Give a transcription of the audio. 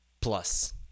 plus